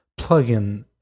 plugin